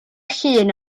llun